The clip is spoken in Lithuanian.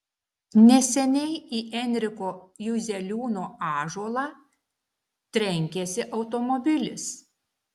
neseniai į enriko juzeliūno ąžuolą trenkėsi automobilis